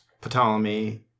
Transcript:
ptolemy